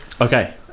Okay